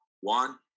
one